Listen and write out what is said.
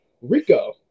rico